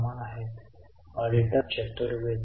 पण हे ओ मध्ये दुसरा प्रभाव आहे लक्षात ठेवा